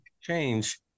change